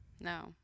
no